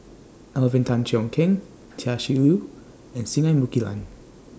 Alvin Tan Cheong Kheng Chia Shi Lu and Singai Mukilan